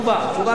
זו תשובה טובה.